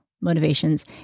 motivations